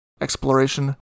exploration